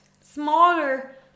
smaller